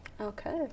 Okay